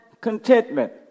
contentment